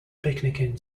picnicking